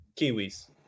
Kiwis